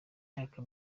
imyaka